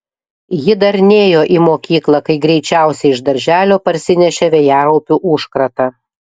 ji dar nėjo į mokyklą kai greičiausiai iš darželio parsinešė vėjaraupių užkratą